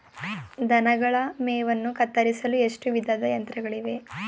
ದನಗಳ ಮೇವನ್ನು ಕತ್ತರಿಸಲು ಎಷ್ಟು ವಿಧದ ಯಂತ್ರಗಳಿವೆ?